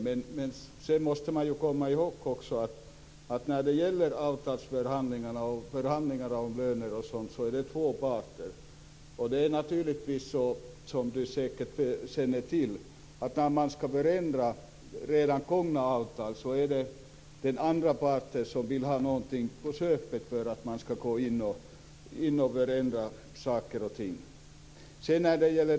Men man måste också komma ihåg att det är två parter inblandade i avtalsförhandlingarna och i förhandlingar om löner. Det är naturligtvis så, som Hans Andersson säkert känner till, att när man skall förändra redan ingångna avtal vill den andra parten ha någonting på köpet för att man skall kunna förändra saker och ting.